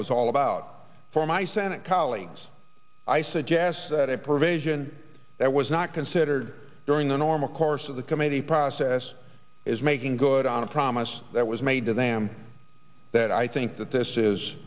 was all about for my senate colleagues i suggest that a provision that was not considered during the normal course of the committee process is making good on a promise that was made to them that i think that this